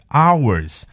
hours